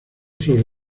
sobre